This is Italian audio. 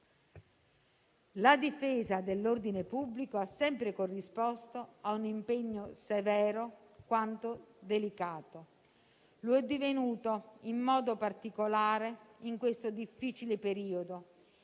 La difesa dell'ordine pubblico ha sempre corrisposto a un impegno severo quanto delicato. Lo è divenuto in modo particolare in questo difficile periodo,